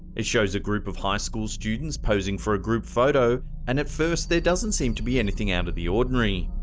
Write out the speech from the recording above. it shows a group of high school students posing for a group photo, and at first there doesn't seem to be anything out of the ordinary.